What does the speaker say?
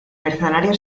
mercenario